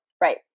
right